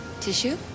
Tissue